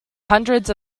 hundreds